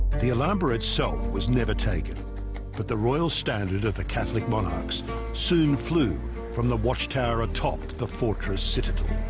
the alhambra itself was never taken but the royal standard of the catholic monarchs soon flew from the watchtower atop the fortress citadel